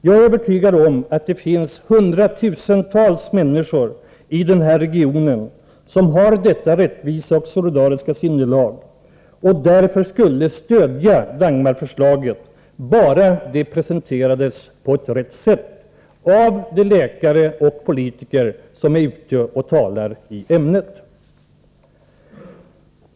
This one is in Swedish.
Jag är övertygad om att det finns hundratusentals människor i den här regionen som har detta rättvisa och solidariska sinnelag och som därför skulle stödja Dagmarförslaget — bara det presenterades på ett korrekt sätt av de läkare och politiker som är ute och talar i ämnet.